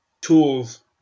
tools